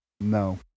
no